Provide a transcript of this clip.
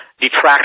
detract